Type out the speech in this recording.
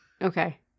Okay